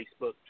Facebook